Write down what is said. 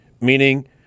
meaning